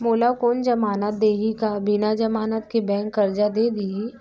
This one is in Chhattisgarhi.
मोला कोन जमानत देहि का बिना जमानत के बैंक करजा दे दिही?